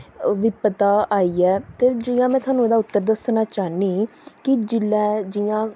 बिपता आई ऐ ते जि'यां में थुहानू एह्दा उत्तर दस्सना चाह्न्नीं कि जिसलै जि'यां